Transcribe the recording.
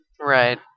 right